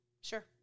Sure